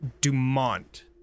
Dumont